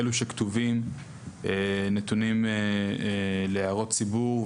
אלו שכתובים נתונים להערות ציבור,